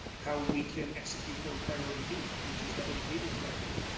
how we can execute board priority b which is that behavior priority.